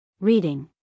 Reading